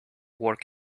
work